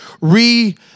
re